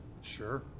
sure